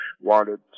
wanted